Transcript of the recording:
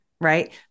right